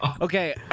okay